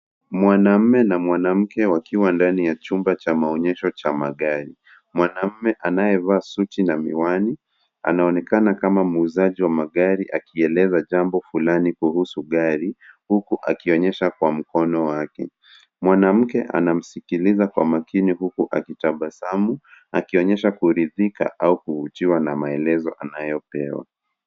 Mwanaume na mwanamke wakiwa ndani ya chumba cha maonyesho cha magari. Mwanaume anayevaa suti na miwani anaonekana kama muuzaji wa magari akieleza jambo fulani kuhusu gari, huku akionyesha kwa mkono wake. Mwanamke anamsikiliza kwa makini huku akitabasamu, akionyesha kuridhika au kuvutiwa na maelezo anayopewa.